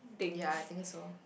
ya I think so